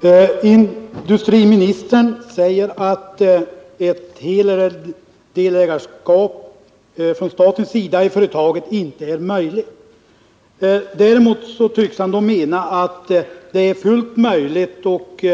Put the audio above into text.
Herr talman! Industriministern säger att ett delägarskap från statens sida i företaget inte är möjligt. Däremot tycks han mena att det är fullt möjligt och